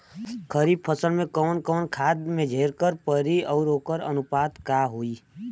खरीफ फसल में कवन कवन खाद्य मेझर के पड़ी अउर वोकर अनुपात का होई?